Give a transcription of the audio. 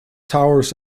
towers